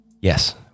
Yes